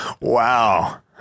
Wow